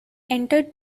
entered